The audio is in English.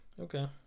Okay